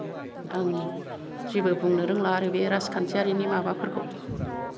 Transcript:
आं जेबो बुंनो रोंला आरो बे राजखान्थियारिनि माबाफोरखौ